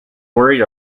worried